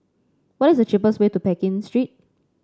what is the cheapest way to Pekin Street